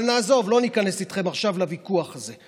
אבל נעזוב, לא ניכנס איתכם עכשיו לוויכוח הזה.